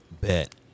Bet